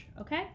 okay